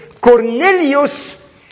Cornelius